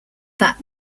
that